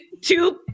two